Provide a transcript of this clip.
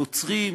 נוצרים,